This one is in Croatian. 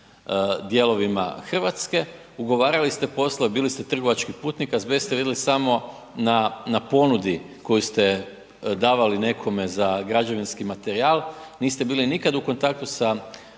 dijelovima Hrvatske. Ugovarali ste poslove, bili ste trgovački putnik, azbest ste vidli samo na ponudi koju ste davali nekome za građevinski materijal, niste bili nikad u kontaktu sa